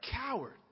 coward